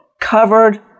covered